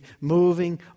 moving